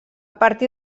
partir